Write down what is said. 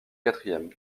quatrième